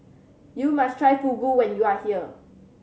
you must try Fugu when you are here